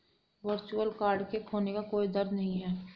virtual card के खोने का कोई दर नहीं है